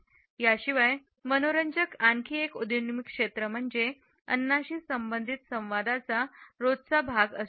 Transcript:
याशिवाय मनोरंजक आणखी एक उदयोन्मुख क्षेत्र म्हणजे अन्नाशी संबंधित संवादाचा रोजचा भाग असतो